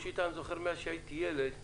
אני זוכר מאז שהייתי ילד,